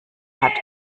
hat